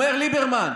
אומר ליברמן,